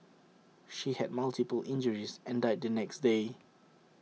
she had multiple injuries and died the next day